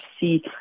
see